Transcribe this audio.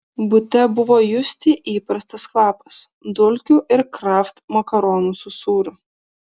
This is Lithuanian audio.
bute buvo justi įprastas kvapas dulkių ir kraft makaronų su sūriu